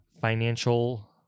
financial